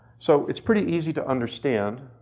so it's pretty easy to understand,